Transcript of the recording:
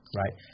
right